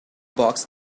box